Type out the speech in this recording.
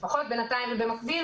לפחות בינתיים ובמקביל,